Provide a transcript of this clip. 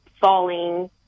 falling